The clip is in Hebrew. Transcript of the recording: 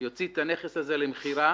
יוציא את הנכס הזה למכירה